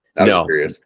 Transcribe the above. no